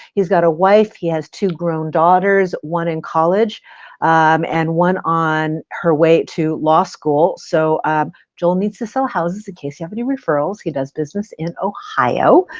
he's got a wife. he has two grown daughters, one in college and one on her way to law school so joel needs to sell houses in case you have any referrals. he does business in ohio.